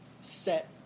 set